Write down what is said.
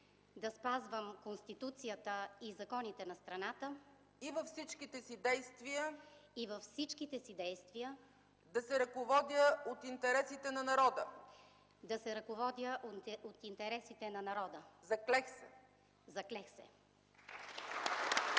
да спазвам Конституцията и законите на страната и във всичките си действия да се ръководя от интересите на народа. Заклех се!”